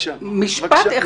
משפט אחד.